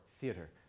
theater